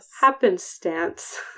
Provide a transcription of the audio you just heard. happenstance